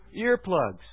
earplugs